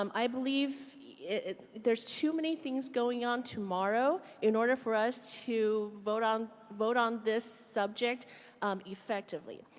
um i believe there's too many things going on tomorrow in order for us to vote on vote on this subject um effectively.